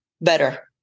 better